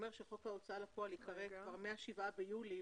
שחוק ההוצאה לפועל ייקרא מה-7 ביולי.